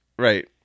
Right